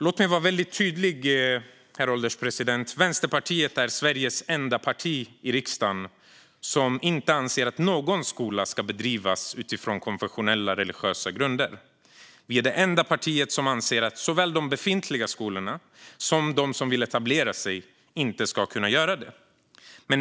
Låt mig vara väldigt tydlig, herr ålderspresident: Vänsterpartiet är det enda partiet i Sveriges riksdag som anser att inte någon skola ska bedrivas utifrån konfessionella religiösa grunder. Vi är det enda parti som anser att varken de befintliga skolorna eller de skolor som vill etablera sig ska kunna göra det.